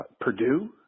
Purdue